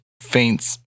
faints